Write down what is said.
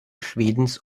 schwedens